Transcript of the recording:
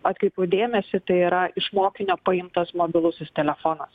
atkreipiau dėmesį tai yra iš mokinio paimtas mobilusis telefonas